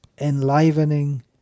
enlivening